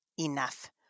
enough